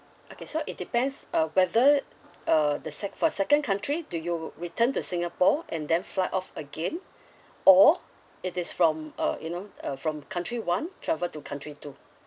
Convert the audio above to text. okay so it depends uh whether err the sec~ for second country do you return to singapore and then fly off again or it is from uh you know uh from country one travel to country two